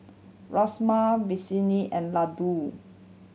Rasma and Ladoo